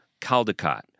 Caldecott